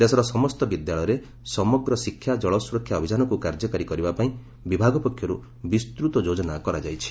ଦେଶର ସମସ୍ତ ବିଦ୍ୟାଳୟରେ ସମଗ୍ର ଶିକ୍ଷା ଜଳ ସୁରକ୍ଷା ଅଭିଯାନକୁ କାର୍ଯ୍ୟକାରି କରିବା ପାଇଁ ବିଭାଗ ପକ୍ଷରୁ ବିସ୍ତୃତ ଯୋଜନା କରାଯାଇଛି